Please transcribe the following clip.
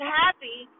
happy